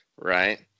right